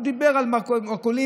הוא דיבר על מרכולים,